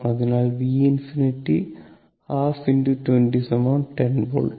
അതിനാൽ V∞ ½ 2010 volt